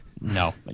no